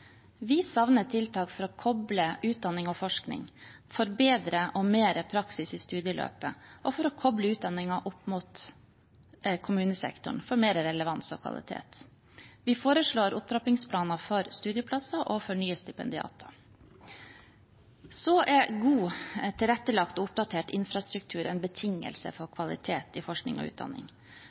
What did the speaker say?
Vi savner tiltak for å koble utdanning og forskning, tiltak for bedre og mer praksis i studieløpet, tiltak for å koble utdanningen opp mot kommunesektoren, tiltak for mer relevans og kvalitet. Vi foreslår opptrappingsplaner for studieplasser og for nye stipendiater. God, tilrettelagt og oppdatert infrastruktur er en betingelse for kvalitet i forskning og utdanning.